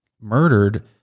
murdered